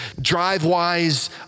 drive-wise